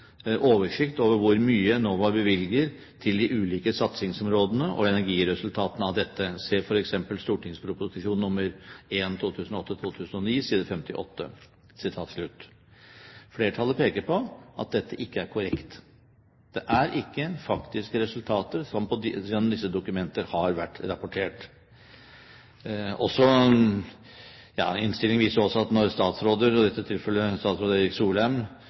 oversikt over hvor mye Enova bevilger til de ulike satsingsområdene og energiresultatene av dette. Se for eksempel St.prp. nr. 1 , side 58.» Flertallet peker på at dette ikke er korrekt. Det er ikke det faktiske resultatet som gjennom disse dokumenter har vært rapportert. Innstillingen viser også at når statsråder – i dette tilfellet statsråd Erik Solheim